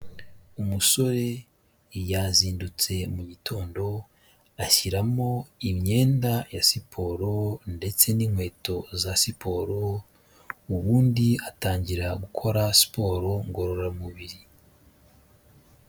Umusore yazindutse mu gitondo ashyiramo imyenda ya siporo ndetse n'inkweto za siporo ubundi atangira gukora siporo ngororamubiri.